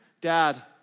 Dad